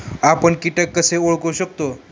आपण कीटक कसे ओळखू शकतो?